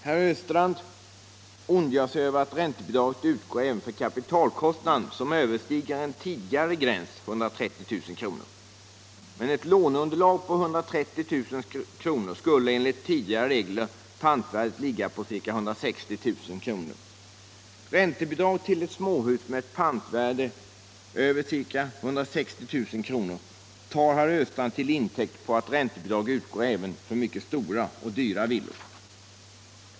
Herr Östrand ondgör sig över att räntebidraget utgår även för kapitalkostnader som överstiger en tidigare gräns på 130 000 kr. Med ett låneunderlag på 230 000 kr. skulle enligt tidigare regler pantvärdet ligga på ca 160 000 kr. Räntebidrag till ett småhus med ett pantvärde över ca 160 000 kr. tar herr Östrand till intäkt för att räntebidrag utgår även för mycket stora och dyra villor.